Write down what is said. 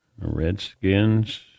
Redskins